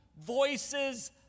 voices